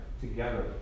together